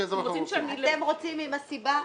אתם רוצים את הסיבה?